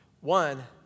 One